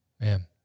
Man